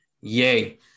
Yay